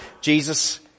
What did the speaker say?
Jesus